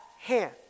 hand